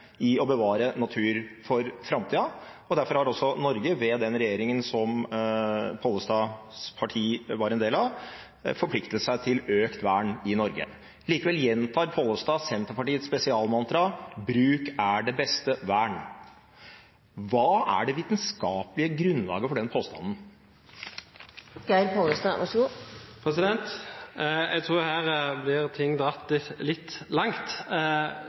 i å bevare natur for framtida. Derfor har også Norge, ved den regjeringen som Pollestads parti var en del av, forpliktet seg til økt vern i Norge. Likevel gjentar Pollestad Senterpartiets spesialmantra: Bruk er det beste vern. Hva er det vitenskapelige grunnlaget for den påstanden? Jeg tror ting blir dratt litt langt